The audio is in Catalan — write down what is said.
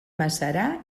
macerar